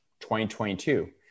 2022